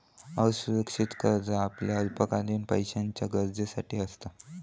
असुरक्षित कर्ज आपल्या अल्पकालीन पैशाच्या गरजेसाठी असता